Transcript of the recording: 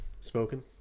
Spoken